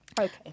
Okay